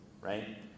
right